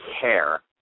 care